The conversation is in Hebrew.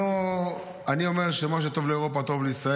אני אומר שמה שטוב לאירופה טוב לישראל